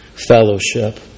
fellowship